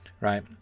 right